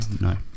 no